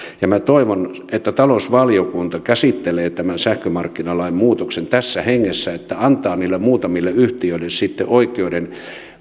minä toivon että talousvaliokunta käsittelee tämän sähkömarkkinalain muutoksen tässä hengessä antaa niille muutamille yhtiöille sitten oikeuden